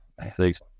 Thanks